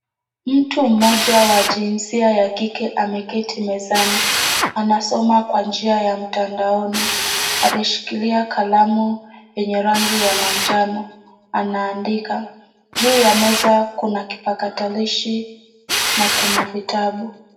Mtu mmoja wa jinsia ya kike ameketi mezani. Anasoma kwa njia ya mtandaoni. Ameshikilia kalamu yenye rangi ya manjano na anaandika. Juu ya meza kuna kipakatilishi na kuna vitabu.